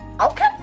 okay